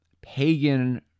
pagan